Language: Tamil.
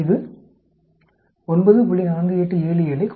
4877 ஐக் கொடுக்கும்